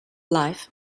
life